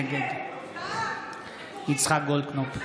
נגד יצחק גולדקנופ,